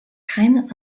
keinen